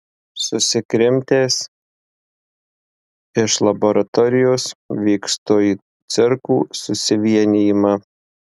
susikrimtęs iš laboratorijos vykstu į cirkų susivienijimą